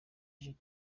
judi